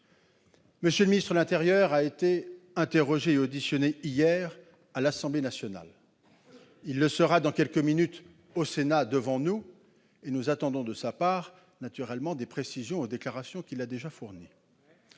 M. le ministre de l'intérieur a été interrogé et auditionné hier à l'Assemblée nationale. Il le sera dans quelques minutes au Sénat devant nous et nous attendons de sa part des précisions sur les déclarations qu'il a déjà fournies.